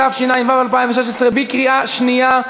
התשע"ו 2016, בקריאה שנייה.